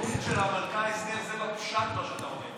השליחות של המלכה אסתר זה בפשט, מה שאתה אומר.